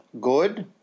good